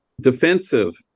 defensive